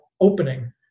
opening